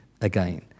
again